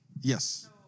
Yes